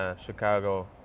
Chicago